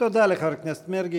תודה לחבר הכנסת מרגי.